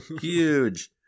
Huge